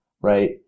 right